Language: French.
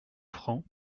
francs